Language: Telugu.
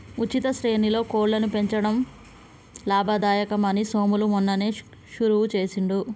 ఉచిత శ్రేణిలో కోళ్లను పెంచడం లాభదాయకం అని సోములు మొన్ననే షురువు చేసిండు